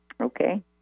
okay